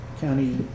county